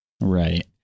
Right